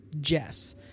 Jess